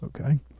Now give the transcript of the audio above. okay